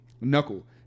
Knuckle